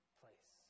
place